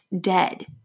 dead